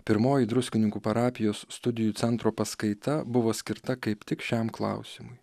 pirmoji druskininkų parapijos studijų centro paskaita buvo skirta kaip tik šiam klausimui